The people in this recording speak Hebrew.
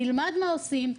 נלמד מה עושים,